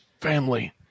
family